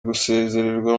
gusezererwa